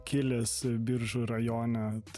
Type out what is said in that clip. kilęs biržų rajone